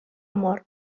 mort